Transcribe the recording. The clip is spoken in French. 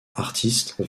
artistes